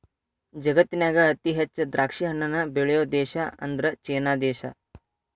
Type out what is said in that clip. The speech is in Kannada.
ಜಗತ್ತಿನ್ಯಾಗ ಅತಿ ಹೆಚ್ಚ್ ದ್ರಾಕ್ಷಿಹಣ್ಣನ್ನ ಬೆಳಿಯೋ ದೇಶ ಅಂದ್ರ ಚೇನಾ ದೇಶ